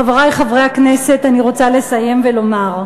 חברי חברי הכנסת, אני רוצה לסיים ולומר: